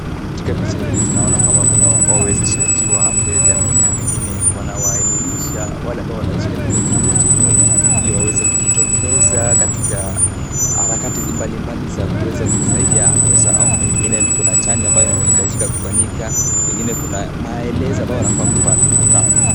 Katika picha hili tunaona kwamba wawezeshaji wa afya ya jamii, pengine wanawaelemisha wale ambao wanaishi katika kitongoji duni Ili waweze kujitokeza katika harakati mbalimbali za kuweza kusaidia afya zao, pengine kuna chanjo ambao inahitajika kufanyika, pengine kuna maelezo ambayo wanafaa kupata.